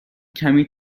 کمی